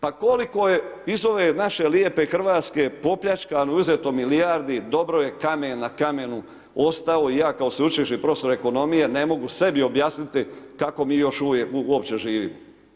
Pa koliko je iz ove naše lijepe Hrvatske popljačkano i uzeto milijardi dobro je kamen na kamenu ostao i ja kao sveučilišni profesor ekonomije ne mogu sebi objasniti kako mi još uvijek uopće živimo.